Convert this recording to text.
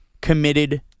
committed